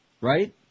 right